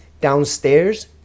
downstairs